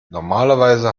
normalerweise